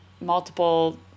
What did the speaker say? multiple